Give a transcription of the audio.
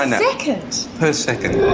and second! per second.